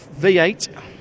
V8